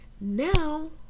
Now